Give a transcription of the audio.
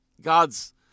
God's